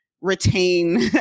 retain